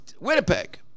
winnipeg